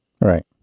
Right